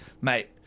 mate